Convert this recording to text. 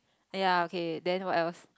ya okay then what else